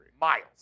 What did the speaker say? Miles